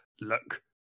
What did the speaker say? look